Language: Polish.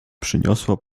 przyniosła